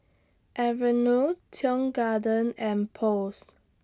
Aveeno Tong Garden and Post